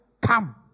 come